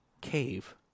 cave